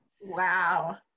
Wow